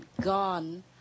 gone